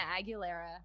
aguilera